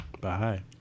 Bye